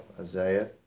Isaiah